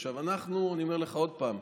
עכשיו, אנחנו, אני אומר לך עוד פעם,